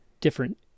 different